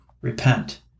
Repent